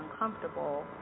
uncomfortable